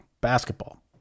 basketball